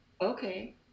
okay